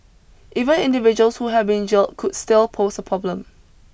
even individuals who have been jailed could still pose a problem